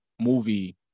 movie